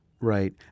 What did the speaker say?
Right